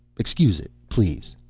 excuse it, please,